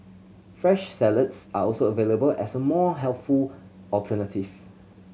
fresh salads are also available as a more healthful alternative